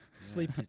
Sleep